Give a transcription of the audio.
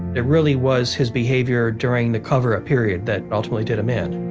it really was his behavior during the cover-up period that ultimately did him in